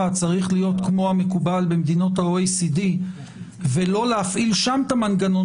צריך להיות כמו המקובל במדינות ה-OECD ולא להפעיל שם את המנגנון